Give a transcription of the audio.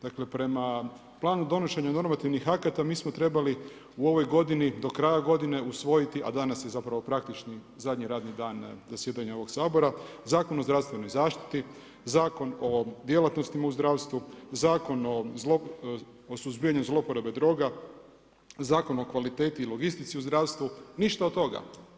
Dakle prema planu donošenja normativnih akata mi smo trebali u ovoj godini do kraja godine usvojiti, a danas je zapravo praktični zadnji radni dan zasjedanja ovog Sabora, Zakon o zdravstvenoj zaštiti, Zakon o djelatnostima u zdravstvu, Zakon o suzbijanju zloporaba droga, Zakon o kvaliteti i logistici u zdravstvu ništa od toga.